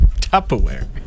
Tupperware